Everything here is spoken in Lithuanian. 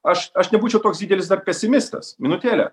aš aš nebūčiau toks didelis dar pesimistas minutėlę